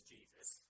Jesus